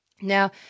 Now